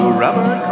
rubber